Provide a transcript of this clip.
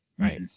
Right